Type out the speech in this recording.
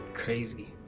crazy